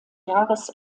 jahres